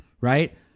Right